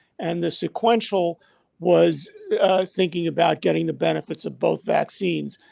and the sequential was thinking about getting the benefits of both vaccines.